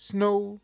Snow